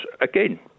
again